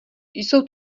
jsou